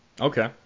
Okay